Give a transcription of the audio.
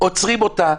עוצרים אותה.